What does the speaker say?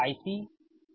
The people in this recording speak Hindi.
IC